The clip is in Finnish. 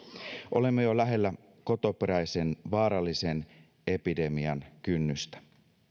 olemme jo lähellä kotoperäisen vaarallisen epidemian kynnystä